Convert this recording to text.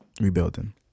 rebuilding